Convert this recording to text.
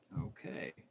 Okay